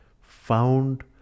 found